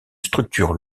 structure